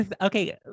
okay